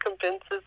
convinces